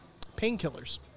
painkillers